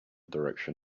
direction